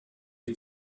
die